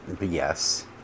yes